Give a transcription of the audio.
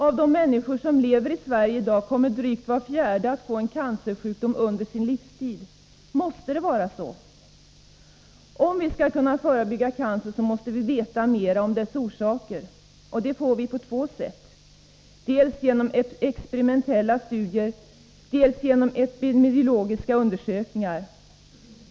Av de människor som lever i Sverige i dag kommer drygt var fjärde att få en cancersjukdom under sin livstid. Måste det vara så? Om vi skall kunna förebygga cancer måste vi veta mer om dess orsaker. Den kunskapen får vi på två sätt, dels genom experimentella studier, dels genom epidemiologiska undersökningar.